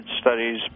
studies